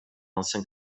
ancien